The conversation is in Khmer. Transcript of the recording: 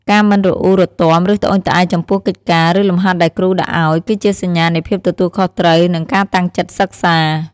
ការ មិនរអ៊ូរទាំ ឬត្អូញត្អែរ ចំពោះកិច្ចការ ឬលំហាត់ដែលគ្រូដាក់ឱ្យ គឺជាសញ្ញានៃភាពទទួលខុសត្រូវ និងការតាំងចិត្តសិក្សា។